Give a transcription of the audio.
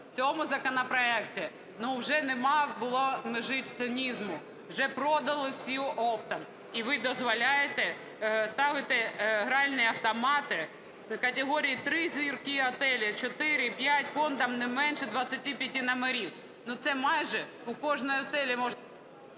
в цьому законопроекті вже не було межі цинізму, вже продали всіх оптом. І ви дозволяєте ставити гральні автомати категорії 3 зірки готелю, 4, 5 фондом не менше 25 номерів. Це майже в кожній оселі можна...